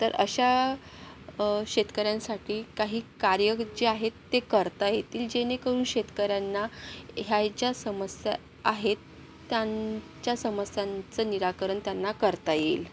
तर अशा शेतकऱ्यांसाठी काही कार्य जे आहे ते करता येतील जेणेकरुन शेतकऱ्यांना ह्या ज्या समस्या आहेत त्यांच्या समस्यांचं निराकरण त्यांना करता येईल